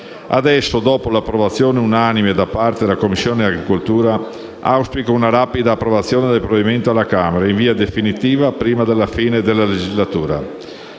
Adesso, dopo l'approvazione unanime da parte della Commissione agricoltura, auspico una rapida approvazione del provvedimento alla Camera in via definitiva, prima della fine della legislatura.